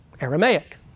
Aramaic